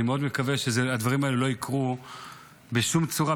אני מאוד מקווה שהדברים האלה לא יקרו בשום צורה,